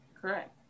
Correct